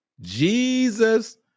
Jesus